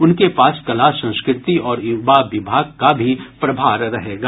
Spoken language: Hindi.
उनके पास कला संस्कृति और युवा विभाग का भी प्रभार रहेगा